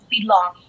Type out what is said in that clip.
belong